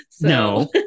No